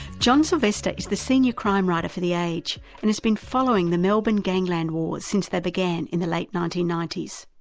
john sylvester is the senior crime writer for the age and has been following the melbourne gangland wars since they began in the late nineteen ninety s.